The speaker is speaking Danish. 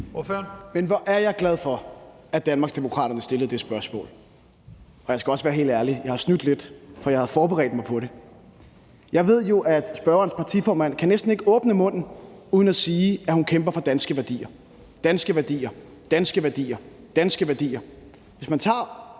Men hvor er jeg glad for, at Danmarksdemokraterne stiller det spørgsmål, og jeg skal også være helt ærlig: Jeg har snydt lidt, for jeg havde forberedt mig på det. Jeg ved jo, at spørgerens partiformand næsten ikke kan åbne munden uden at sige, at hun kæmper for danske værdier, danske værdier, danske værdier. Man kan tage